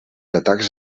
atacs